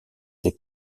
les